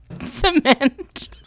cement